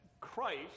Christ